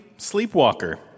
Sleepwalker